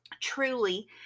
truly